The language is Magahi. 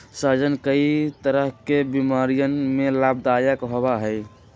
सहजन कई तरह के बीमारियन में लाभदायक होबा हई